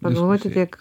pagalvoti kiek